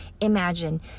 imagine